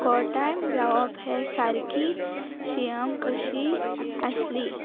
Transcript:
कोटायम जावप ही सारकी शियाम कशी आसली